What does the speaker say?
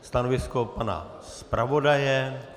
Stanovisko pana zpravodaje?